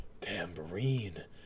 Tambourine